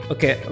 Okay